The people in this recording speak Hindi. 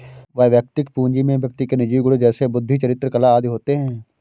वैयक्तिक पूंजी में व्यक्ति के निजी गुण जैसे बुद्धि, चरित्र, कला आदि होते हैं